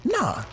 Nah